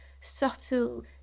subtle